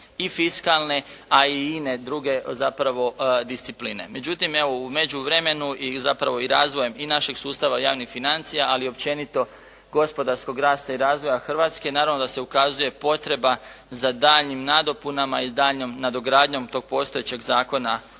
i fiskalne a i ine druge zapravo discipline. Međutim evo, u međuvremenu i zapravo i razvojem i našeg sustava javnih financija, ali općenito gospodarskog rasta i razvoja Hrvatske naravno da se ukazuje potreba za daljnjim nadopunama i daljnjom nadogradnjom tog postojećeg Zakona o